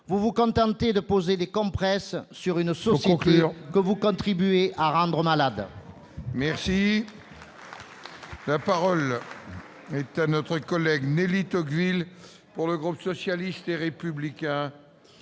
Vous vous contentez de poser des compresses sur une société que vous contribuez à rendre malade. La parole est à Mme Nelly Tocqueville, pour le groupe socialiste et républicain.